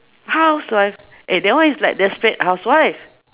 housewife eh that one is like desperate housewife